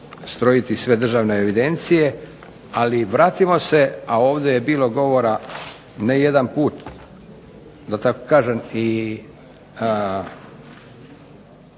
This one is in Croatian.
ustrojiti sve državne evidencije, ali vratimo se, a ovdje je bilo govora ne jedan put da tako kažem i